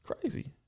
crazy